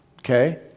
Okay